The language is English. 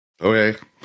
Okay